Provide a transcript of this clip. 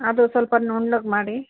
ಅದು ಸ್ವಲ್ಪ ನುಣ್ಣಗೆ ಮಾಡಿ